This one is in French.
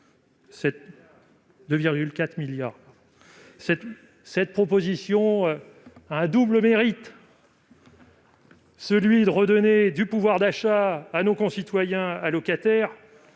Cette proposition a un double mérite : redonner du pouvoir d'achat à nos concitoyens allocataires,